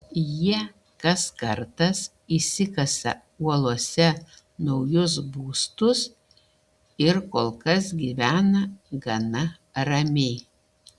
jie kas kartas išsikasa uolose naujus būstus ir kol kas gyvena gana ramiai